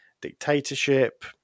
dictatorship